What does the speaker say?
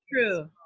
true